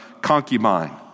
concubine